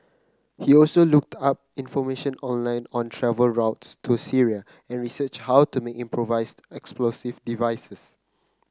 he also looked up information online on travel routes to Syria and researched how to make improvised explosive devices